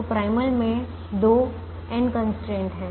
तो प्राइमल में 2 n constraint हैं